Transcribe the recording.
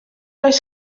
oes